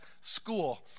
school